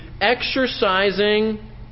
exercising